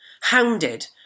hounded